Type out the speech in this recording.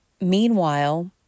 meanwhile